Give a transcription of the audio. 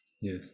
Yes